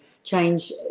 change